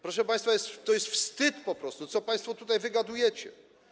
Proszę państwa, to jest wstyd po prostu, co państwo tutaj wygadujecie.